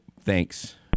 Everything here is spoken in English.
Thanks